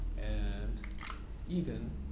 and even,